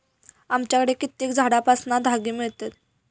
आमच्याकडे कित्येक झाडांपासना धागे मिळतत